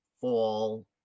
fall